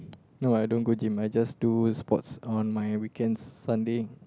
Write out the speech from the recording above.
no I don't go gym I just do sports on my weekends Sunday